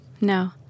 No